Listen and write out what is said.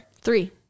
three